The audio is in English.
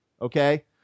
okay